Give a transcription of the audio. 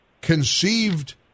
conceived